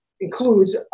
includes